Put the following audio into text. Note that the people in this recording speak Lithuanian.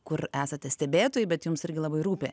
kur esate stebėtojai bet jums irgi labai rūpi